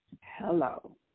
Hello